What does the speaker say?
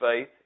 faith